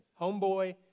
Homeboy